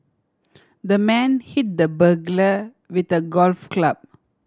the man hit the burglar with a golf club